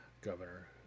Governor